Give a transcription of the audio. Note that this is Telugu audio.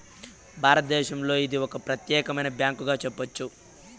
భారతదేశంలో ఇది ఒక ప్రత్యేకమైన బ్యాంకుగా చెప్పొచ్చు